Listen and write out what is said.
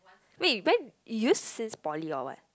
wait Ben youth is poly or what